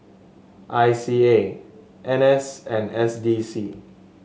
I C A N S and S D C